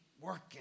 working